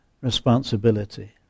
responsibility